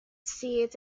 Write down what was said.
scenes